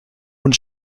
und